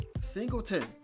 Singleton